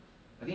mmhmm